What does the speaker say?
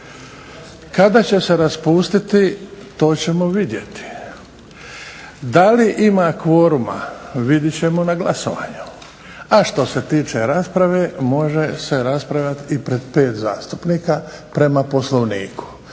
Kada će se raspustiti to ćemo vidjeti. Da li ima kvoruma vidjet ćemo na glasovanju a što se tiče rasprave može se raspravljati i pred pet zastupnika prema Poslovniku.